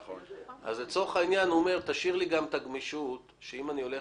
הוא אומר: תשאיר לי גם את הגמישות שאם אני שולח